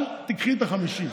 אל תיקחי את החמישי.